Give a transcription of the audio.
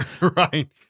Right